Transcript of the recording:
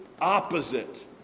opposite